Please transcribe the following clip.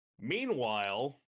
Meanwhile